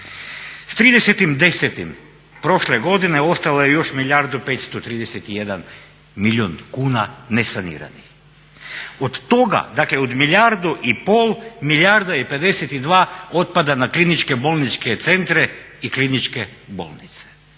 S 30.10. prošle godine ostalo je još milijardu 531 milijun kuna nesaniranih. Od toga, dakle od milijardu i pol milijarda i 52 otpada na kliničke bolničke centre i kliničke bolnice.